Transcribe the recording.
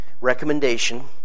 recommendation